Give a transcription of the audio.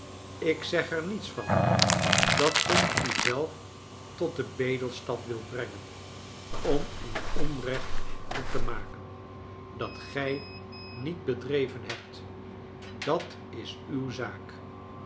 ik zeg er niets van dat ge u zelf tot den bedelstaf wilt brengen om een onrecht goed te maken dat gij niet bedreven hebt dat is uw zaak